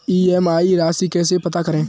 EMI राशि कैसे पता करें?